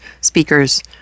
speakers